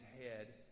head